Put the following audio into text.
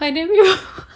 !aduh! memang